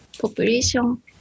population